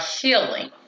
healing